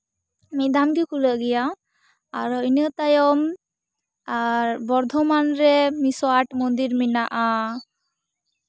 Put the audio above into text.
ᱢᱤᱫ ᱫᱷᱟᱢ ᱜᱮ ᱠᱷᱩᱞᱟᱹᱜ ᱜᱮᱭᱟ ᱟᱨᱚ ᱤᱱᱟᱹ ᱛᱟᱭᱚᱢ ᱟᱨ ᱵᱚᱨᱫᱷᱚᱢᱟᱱ ᱨᱮ ᱢᱤᱫᱥᱚ ᱟᱴ ᱢᱚᱱᱫᱤᱨ ᱢᱮᱱᱟᱜᱼᱟ